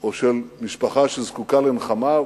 או של משפחה שזקוקה לנחמה.